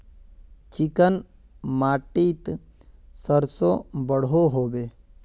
Chicken माटित सरसों बढ़ो होबे?